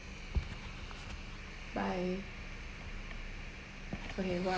bye